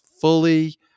fully